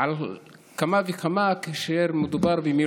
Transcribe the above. שאנחנו לא מבינים את גודל השעה, אדוני